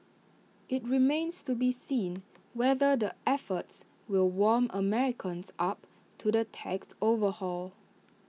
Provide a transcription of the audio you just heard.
IT remains to be seen whether the efforts will warm Americans up to the tax overhaul